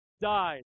died